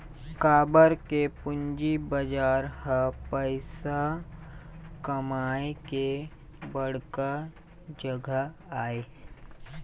काबर के पूंजी बजार ह पइसा कमाए के बड़का जघा आय